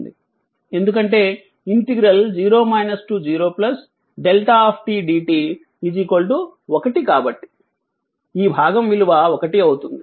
ఎందుకంటే 0 0δ dt 1 కాబట్టి ఈ భాగం విలువ 1 అవుతుంది